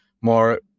more